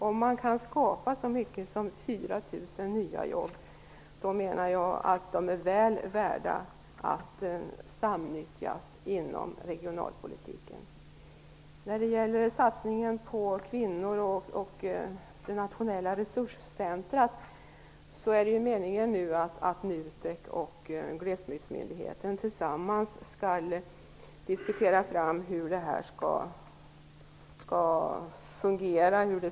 Om man kan skapa så mycket som 4 000 nya jobb, då menar jag att det är väl värt att samutnyttja pengarna inom regionalpolitiken. När det gäller satsningen på kvinnor och det nationella resurscentret så är det meningen att NUTEK och Glesbygdsmyndigheten tillsammans skall diskutera hur det här skall fungera.